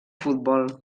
futbol